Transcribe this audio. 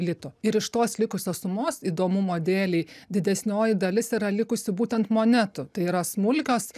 litų ir iš tos likusios sumos įdomumo dėlei didesnioji dalis yra likusi būtent monetų tai yra smulkios